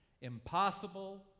Impossible